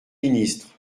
ministre